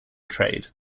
trade